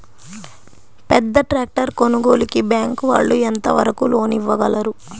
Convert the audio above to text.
పెద్ద ట్రాక్టర్ కొనుగోలుకి బ్యాంకు వాళ్ళు ఎంత వరకు లోన్ ఇవ్వగలరు?